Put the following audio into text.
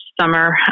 summer